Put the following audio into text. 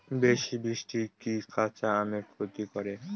বেশি বৃষ্টি কি কাঁচা আমের ক্ষতি করে?